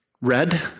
red